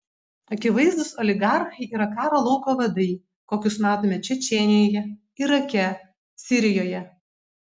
akivaizdūs oligarchai yra karo lauko vadai kokius matome čečėnijoje irake sirijoje